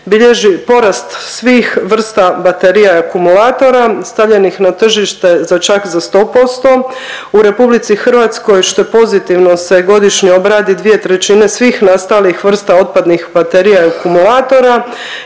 bilježi porast svih vrsta baterija i akumulatora stavljenih na tržište za čak za 100%. U Republici Hrvatskoj što je pozitivno se godišnje obradi dvije trećine svih nastalih vrsta otpadnih baterija i akumulatora